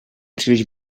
příliš